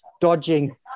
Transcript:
dodging